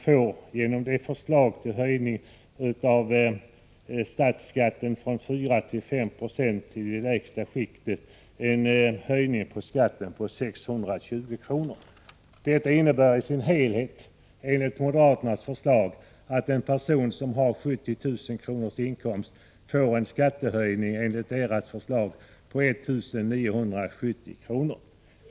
får genom moderatförslaget om höjning av statsskatten från 4till 5 96 i de lägsta skikten en höjning av skatten med 620 kr. Detta innebär som helhet, enligt moderaternas förslag, att en person som har 70 000 kr. i inkomst får en skattehöjning på 1 970 kr.